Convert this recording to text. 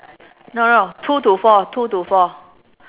no no two to four two to four